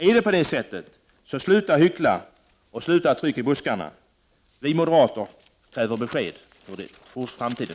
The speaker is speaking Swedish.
Är det på det sättet, sluta då hyckla och trycka i buskarna! Vi moderater kräver besked om hur det skall bli i framtiden.